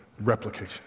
replication